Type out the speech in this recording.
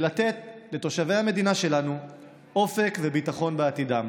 ולתת לתושבי המדינה שלנו אופק וביטחון בעתידם,